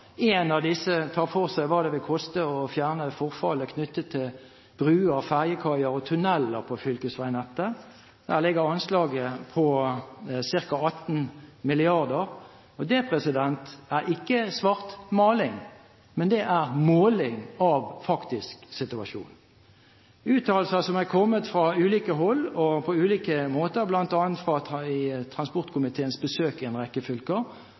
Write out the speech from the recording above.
En av disse tar for seg hva det vil koste å fjerne forfallet knyttet til bruer, ferjekaier og tunneler på fylkesveinettet. Der ligger anslaget på ca. 18 mrd. kr. Det er ikke svartmaling, men det er måling av faktisk situasjon. Uttalelser som er kommet fra ulike hold og på ulike måter, bl.a. ved transportkomiteens besøk i en rekke fylker,